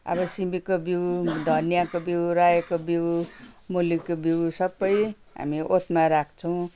आब सिमीको बिउ धनियाँको बिउ रायोको बिउ मुलीको बिउ सबै हामी ओतमा राख्छौँ